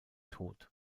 tod